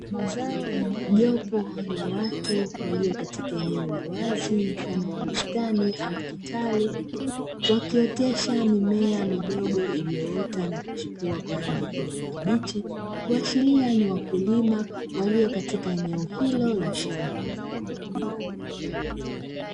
Jopo wa watu walio katika eneo la wazi mfano wa bustani au kitalu, wakiotesha mimea midogo iliyoota na kuchipua kwa rangi ya kijani kibichi, wakiashiria ni wakulima walio katika eneo hilo la shamba.